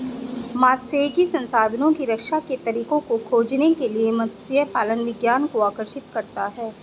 मात्स्यिकी संसाधनों की रक्षा के तरीकों को खोजने के लिए मत्स्य पालन विज्ञान को आकर्षित करता है